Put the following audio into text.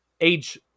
age